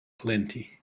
plenty